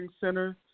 center